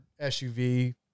SUV